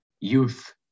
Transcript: Youth